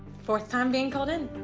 fourth time being called in,